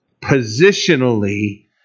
positionally